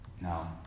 no